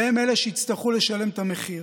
והם אלה שיצטרכו לשלם את המחיר.